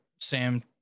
sam